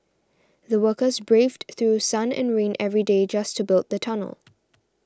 the workers braved through sun and rain every day just to build the tunnel